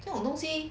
这种东西